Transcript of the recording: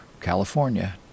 California